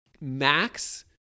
max